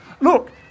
Look